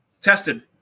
tested